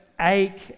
ache